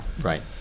right